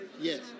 Yes